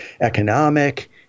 economic